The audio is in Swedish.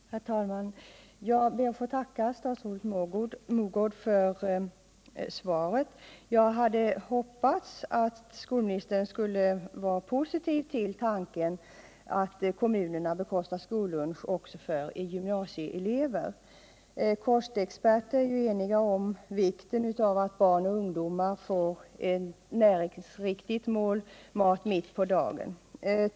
Herr talman! Jag ber att få tacka statsrådet Mogård för svaret. Jag hade hoppats att skolministern skulle vara positiv till tanken på att kommunerna bekostar skolluncher också för gymnasieelever. Kostexperter är eniga om vikten av att barn och ungdomar får ett näringsriktigt mål mat mitt på dagen.